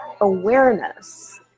awareness